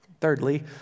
Thirdly